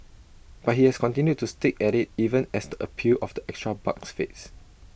but he has continued to stick at IT even as the appeal of the extra bucks fades